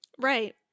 Right